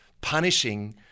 punishing